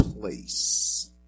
place